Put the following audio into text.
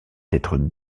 être